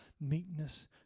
meekness